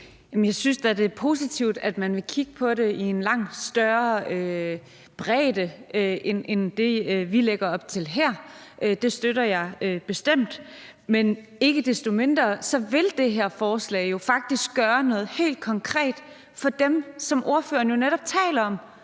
Jeg synes da, det er positivt, at man vil kigge på det med en langt større bredde end det, vi lægger op til her. Det støtter jeg bestemt. Men ikke desto mindre vil det her forslag jo faktisk gøre noget helt konkret for dem, som ordføreren netop taler om,